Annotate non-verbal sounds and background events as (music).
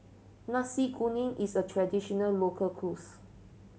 Nasi Kuning is a traditional local (unintelligible)